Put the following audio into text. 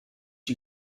you